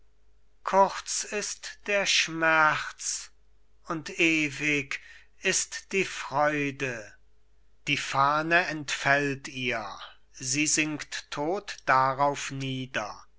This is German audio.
kurz ist der schmerz und ewig ist die freude die fahne entfällt ihr sie sinkt tot darauf nieder